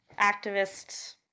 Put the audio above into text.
activists